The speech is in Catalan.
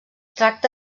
tracta